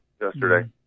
yesterday